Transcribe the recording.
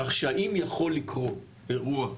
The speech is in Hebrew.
כך שהאם יכול לקרות אירוע,